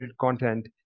content